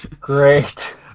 great